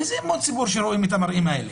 איזה אמון ציבור יכול להיות כשרואים את המראות האלה?